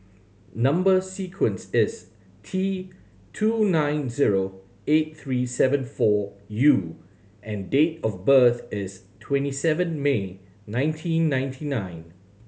number sequence is T two nine zero eight three seven four U and date of birth is twenty seven May nineteen ninety nine